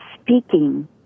speaking